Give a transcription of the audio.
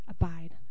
Abide